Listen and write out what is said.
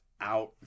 out